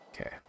Okay